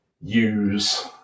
use